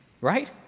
Right